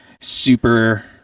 super